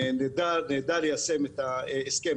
שנדע ליישם את הסכם.